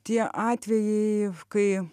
tie atvejai kai